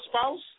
spouse